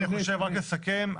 רק לסכם,